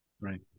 right